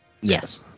yes